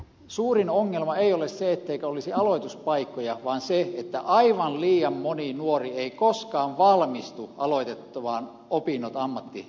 suurin ongelma ei ole se etteikö olisi aloituspaikkoja vaan se että aivan liian moni nuori ei koskaan valmistu aloitettuaan opinnot ammattiopiskelussa